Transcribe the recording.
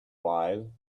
while